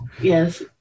Yes